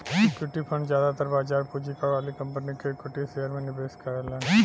equity fund जादातर बाजार पूंजीकरण वाली कंपनी के इक्विटी शेयर में निवेश करलन